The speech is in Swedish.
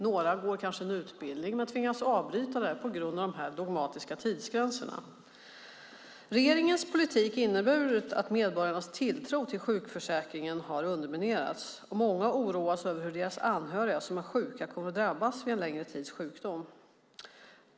Några går kanske en utbildning men tvingas avbryta den på grund av dessa dogmatiska tidsgränser. Regeringens politik har inneburit att medborgarnas tilltro till sjukförsäkringen har underminerats, och många oroas över hur deras anhöriga som är sjuka kommer att drabbas vid längre tids sjukdom.